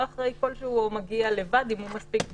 אחראי כלשהו הוא מגיע לבד רק אם הוא מספיק בוגר.